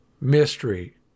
mystery